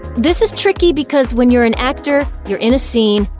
this is tricky because when you're an actor, you're in a scene,